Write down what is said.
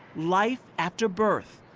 life after birth,